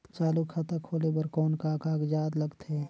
चालू खाता खोले बर कौन का कागजात लगथे?